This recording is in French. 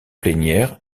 plénière